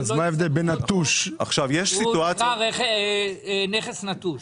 והוא כבר נכס נטוש.